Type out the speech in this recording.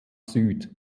süd